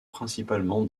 principalement